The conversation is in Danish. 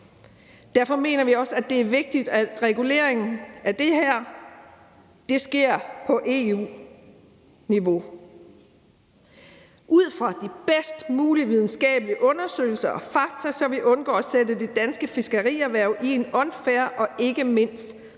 Derfor mener vi også, det er vigtigt, at reguleringen af det her sker på EU-niveau – ud fra de bedst mulige videnskabelige undersøgelser og fakta, så vi undgår at sætte det danske fiskerierhverv i en unfair og ikke mindst ugunstig